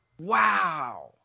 Wow